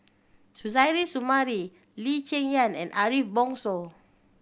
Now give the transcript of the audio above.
Suzairhe Sumari Lee Cheng Yan and Ariff Bongso